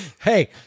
Hey